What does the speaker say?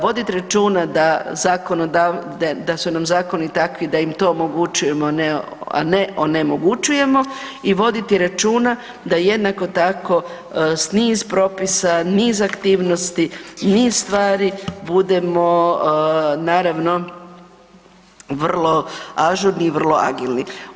Vodit računa da su nam zakoni takvi da im to omogućujemo a ne onemogućujemo i voditi računa da jednako tako s niz propisa, niz aktivnosti, niz stvari budemo naravno vrlo ažurni i vrlo agilni.